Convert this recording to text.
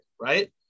right